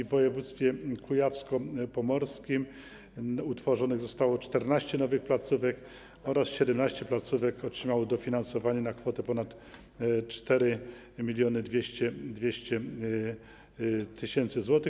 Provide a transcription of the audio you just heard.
W województwie kujawsko-pomorskim utworzonych zostało 14 nowych placówek oraz 17 placówek otrzymało dofinansowanie na kwotę ponad 4200 tys. zł.